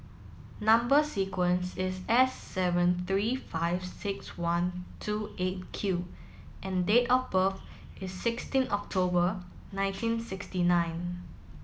number sequence is S seven three five six one two eight Q and date of birth is sixteen October nineteen sixty nine